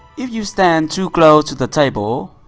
if you stand too close to the table,